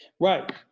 Right